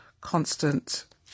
constant